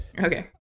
Okay